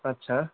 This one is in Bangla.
আচ্ছা